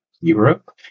Europe